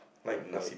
with like